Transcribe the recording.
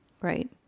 Right